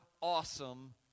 awesome